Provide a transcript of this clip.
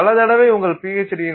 பல தடவை உங்கள் பிஹெச்டியின் Ph